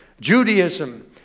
Judaism